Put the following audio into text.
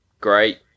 Great